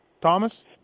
Thomas